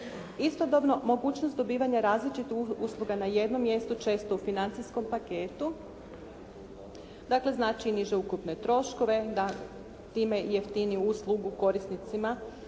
Istodobno mogućnost dobivanja različitih usluga na jednom mjestu često u financijskom paketu, dakle znači niže ukupne troškove, da time i jeftiniju uslugu korisnicima.